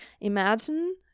imagine